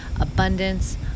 abundance